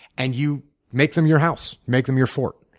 and you make them your house make them your fort.